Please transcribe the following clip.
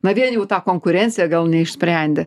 na vien jau tą konkurenciją gal neišsprendė